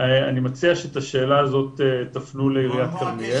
אני מציע שאת השאלה הזאת תפנו לעיריית כרמיאל.